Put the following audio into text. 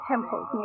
temples